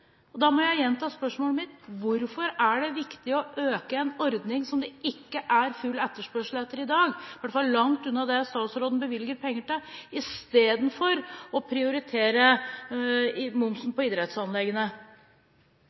år. Da må jeg gjenta spørsmålet mitt: Hvorfor er det viktig å øke en ordning som det ikke er full etterspørsel etter i dag – for det var langt unna det statsråden bevilger penger til – istedenfor å prioritere momsen på idrettsanleggene?